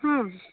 ಹ್ಞೂ